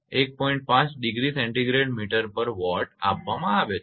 5 degree centigrade meter per watt watt દીઠ centigrade meter આપવામાં આવે છે